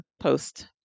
post